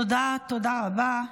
תודה רבה.